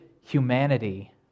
humanity